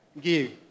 give